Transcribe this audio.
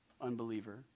unbeliever